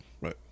right